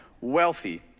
wealthy